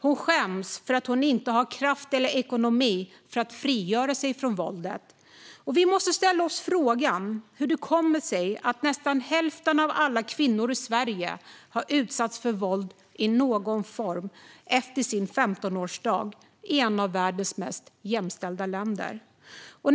Hon skäms för att hon inte har kraft eller ekonomi så att hon kan frigöra sig från våldet. Vi måste fråga oss hur det kommer sig att nästan hälften av alla kvinnor i Sverige, ett av världens mest jämställda länder, har utsatts för våld i någon form efter sin 15-årsdag.